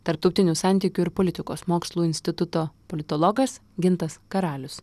tarptautinių santykių ir politikos mokslų instituto politologas gintas karalius